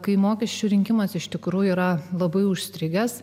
kai mokesčių rinkimas iš tikrųjų yra labai užstrigęs